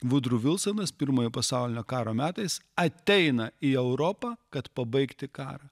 budru vilsonas pirmojo pasaulinio karo metais ateina į europą kad pabaigti karą